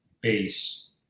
base